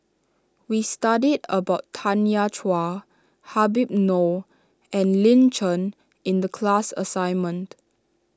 we studied about Tanya Chua Habib Noh and Lin Chen in the class assignment